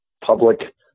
public